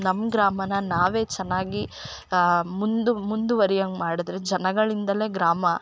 ನಮ್ಮ ಗ್ರಾಮ ನಾವೇ ಚೆನ್ನಾಗಿ ಮುಂದು ಮುಂದುವರಿಯೊಂಗ್ ಮಾಡಿದ್ರೆ ಜನಗಳಿಂದಲೇ ಗ್ರಾಮ